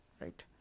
right